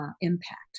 impact